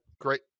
great